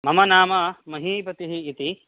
मम नाम महीपतिः इति